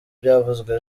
byavuzwe